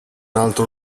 altro